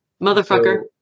motherfucker